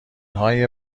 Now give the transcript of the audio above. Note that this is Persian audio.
های